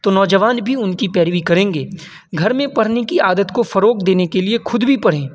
تو نوجوان بھی ان کی پیروی کریں گے گھر میں پڑھنے کی عادت کو فروغ دینے کے لیے خود بھی پڑھیں